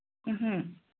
ꯎꯝ ꯍꯨꯝ